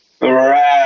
Right